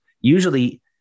usually